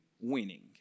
winning